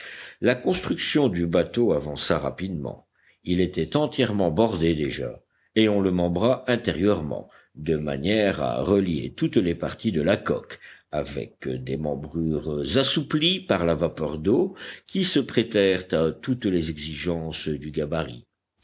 la construction du bateau avança rapidement il était entièrement bordé déjà et on le membra intérieurement de manière à relier toutes les parties de la coque avec des membrures assouplies par la vapeur d'eau qui se prêtèrent à toutes les exigences du gabarit